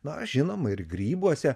na žinoma ir grybuose